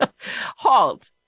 HALT